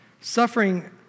Suffering